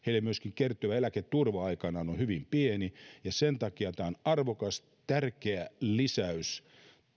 heille kertyvä eläketurva aikanaan on on hyvin pieni ja sen takia on arvokas tärkeä lisäys